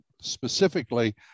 specifically